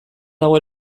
dago